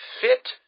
fit